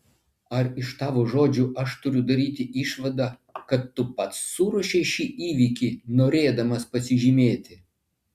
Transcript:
ar iš tavo žodžių aš turiu daryti išvadą kad tu pats suruošei šį įvykį norėdamas pasižymėti